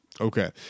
Okay